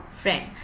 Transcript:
friend